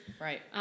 Right